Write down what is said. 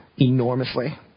enormously